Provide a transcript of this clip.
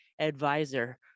advisor